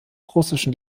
russischen